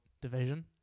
division